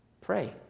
pray